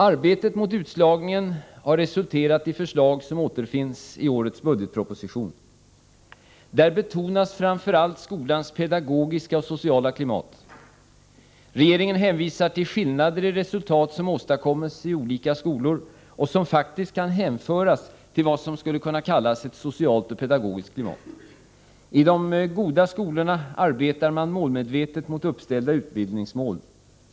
Arbetet mot utslagningen har resulterat i förslag som återfinns i årets budgetproposition. Där betonas framför allt skolans pedagogiska och sociala klimat. Regeringen hänvisar till skillnader i resultat som åstadkoms i olika skolor och som faktiskt kan hänföras till det som skulle kunna kallas ett socialt och pedagogiskt klimat. I de ”goda” skolorna arbetar man målmedvetet mot uppställda utbildningsmål.